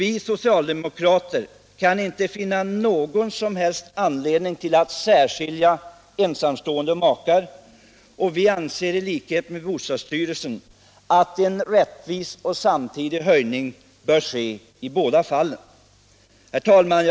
Vi socialdemokrater kan inte finna någon som helst anledning att särskilja ensamstående och makar, och vi anser i likhet med bostadsstyrelsen att en rättvis och samtidig höjning bör ske i båda fallen. Herr talman!